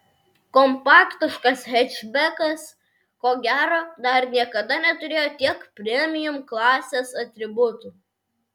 kompaktiškas hečbekas ko gero dar niekada neturėjo tiek premium klasės atributų